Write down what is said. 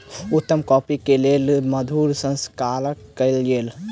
उत्तम कॉफ़ी के लेल मधु प्रसंस्करण कयल गेल